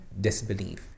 disbelief